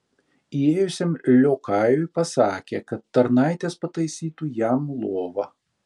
įėjusiam liokajui pasakė kad tarnaitės pataisytų jam lovą